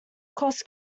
cost